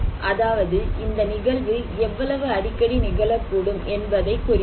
அதாவது இந்த நிகழ்வு எவ்வளவு அடிக்கடி நிகழக்கூடும் என்பதை குறிப்பது